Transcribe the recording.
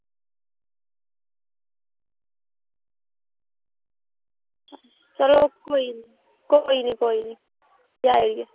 चलो कोई निं कोई निं कोई निं पजाई ओड़गे